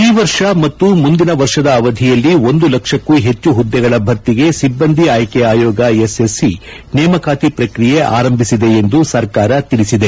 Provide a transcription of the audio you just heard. ಈ ವರ್ಷ ಮತ್ತು ಮುಂದಿ ವರ್ಷದ ಅವಧಿಯಲ್ಲಿ ಒಂದು ಲಕ್ಷಕ್ಕೂ ಹೆಚ್ಚು ಹುದ್ದೆಗಳ ಭರ್ತಿಗೆ ಸಿಬ್ಲಂದಿ ಆಯ್ನೆ ಆಯೋಗ ಎಸ್ಎಸ್ಸಿ ನೇಮಕಾತಿ ಪ್ರಕ್ರಿಯೆ ಆರಂಭಿಸಿದೆ ಎಂದು ಸರ್ಕಾರ ತಿಳಿಸಿದೆ